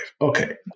Okay